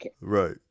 Right